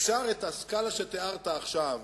אפשר את הסקאלה שתיארת עכשיו